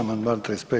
Amandman 35.